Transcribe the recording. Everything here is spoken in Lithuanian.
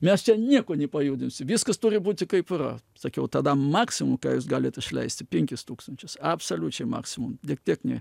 mes čia nieko nepajudinsim viskas turi būti kaip yra sakiau tada maximum ką jūs galit išleisti penkis tūkstančius absoliučiai maximum dėk tiek ne